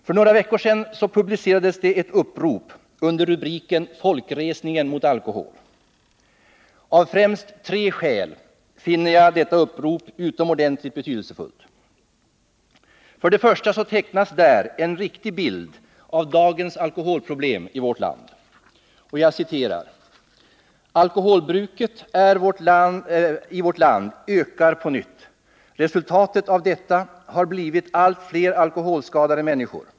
För några veckor sedan publicerades ett upprop under rubriken ”Folkresningen mot alkohol!”. Av främst tre skäl är detta upprop utomordentligt betydelsefullt. För det första tecknas där en riktig bild av dagens alkoholproblem i vårt land: ”Alkoholbruket i vårt land ökar på nytt. Resultatet av detta har blivit allt fler alkoholskadade människor.